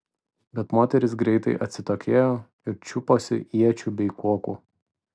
bet moterys greitai atsitokėjo ir čiuposi iečių bei kuokų